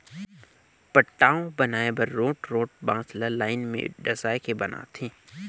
पटांव बनाए बर रोंठ रोंठ बांस ल लाइन में डसाए के बनाथे